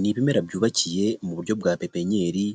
Ni ibimera byubakiye mu buryo bwa pepenyeri,